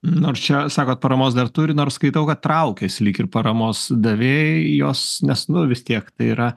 nors čia sakot paramos dar turi nors skaitau kad traukiasi lyg ir paramos davėjai jos nes nu vis tiek tai yra